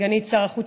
סגנית שר החוץ,